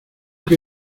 que